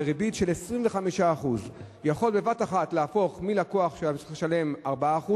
לריבית של 25% יכול בבת אחת להפוך מלקוח שהיה צריך לשלם 4%,